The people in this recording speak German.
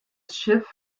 schiff